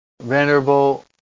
Venerable